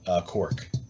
cork